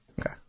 Okay